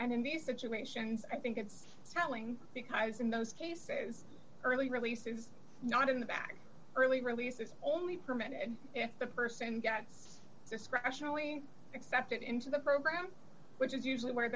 and in these situations i think it's telling because in those cases early release is not in the back early release it's only permitted if the person gets discretional wayne accepted into the program which is usually where